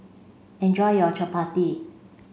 enjoy your Chapati